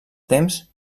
temps